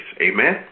Amen